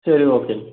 சரி ஓகேங்க